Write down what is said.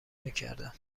میکردم